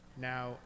now